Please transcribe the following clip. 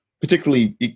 particularly